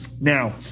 now